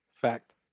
fact